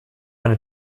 eine